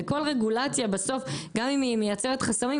לכל רגולציה בסוף גם אם היא מייצרת חסמים,